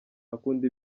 akunda